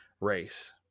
race